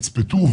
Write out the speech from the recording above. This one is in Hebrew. ויתצפתו,